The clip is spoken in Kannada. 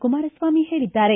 ಕುಮಾರಸ್ವಾಮಿ ಹೇಳಿದ್ದಾರೆ